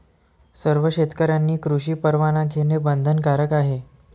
सर्व शेतकऱ्यांनी कृषी परवाना घेणे बंधनकारक आहे